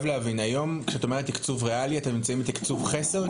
כשאת אומרת "תקצוב ריאלי", אתם נמצאים בתקצוב חסר?